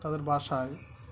তাদের বাসায়